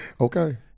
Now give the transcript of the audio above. Okay